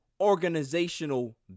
organizational